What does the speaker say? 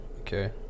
okay